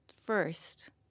first